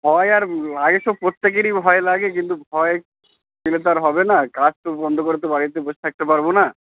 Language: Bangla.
ভয় আর আগে তো প্রত্যেকেরই ভয় লাগে কিন্তু ভয় পেলে তো আর হবে না কাজ তো বন্ধ করে তো বাড়িতে বসে থাকতে পারব না